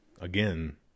again